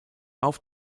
auf